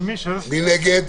מי נגד?